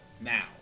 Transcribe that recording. now